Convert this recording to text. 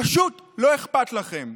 פשוט לא אכפת לכם.